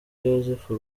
yozefu